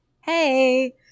hey